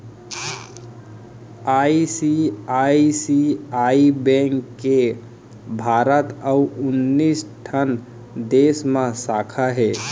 ICICI bank के भारत अउ उन्नीस ठन देस म साखा हे